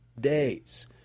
days